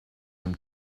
from